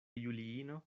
juliino